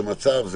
מעמד,